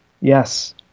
Yes